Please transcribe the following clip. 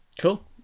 Cool